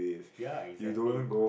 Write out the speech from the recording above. ya exactly